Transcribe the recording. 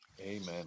Amen